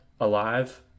alive